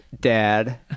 Dad